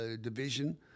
division